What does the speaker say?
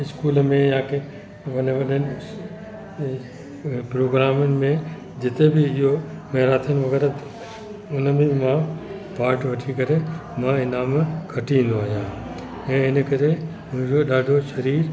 school में या कंहिं वॾे वॾनि प्रोग्रामनि में जिते बि इहो मैराथोन वग़ैरह हुन में बि मां पार्ट वठी करे मां ईनाम खटी ईंदो आहियां ऐं हिन करे मुंहिंजो ॾाढो सरीरु